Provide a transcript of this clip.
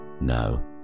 No